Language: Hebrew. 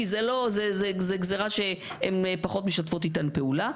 כי זו גזירה שהן פחות משתפות איתה פעולה.